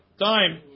time